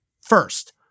First